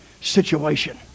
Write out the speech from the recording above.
situation